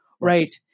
Right